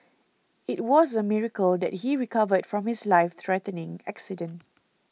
it was a miracle that he recovered from his life threatening accident